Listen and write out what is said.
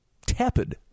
tepid